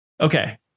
Okay